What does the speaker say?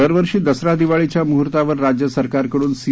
दरवर्षी दसरा दिवाळीच्या मुहूर्तावर राज्य सरकारकडून सि